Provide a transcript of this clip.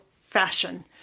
fashion